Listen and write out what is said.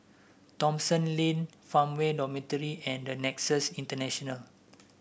Thomson Lane Farmway Dormitory and Nexus International